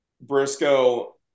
Briscoe